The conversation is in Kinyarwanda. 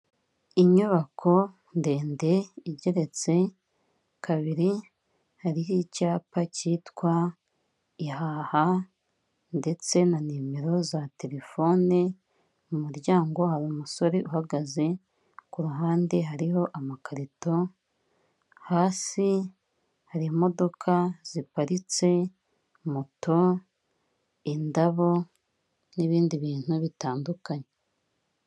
Inyubako ndende igeretse kabiri, hariho icyapa cyitwa ihaha ndetse na nimero za telefone, mu muryango hari umusore uhagaze, ku ruhande hariho amakarito, hasi hari imodoka ziparitse, moto, indabo n'ibindi bintu bitandukanye.